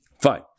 Fine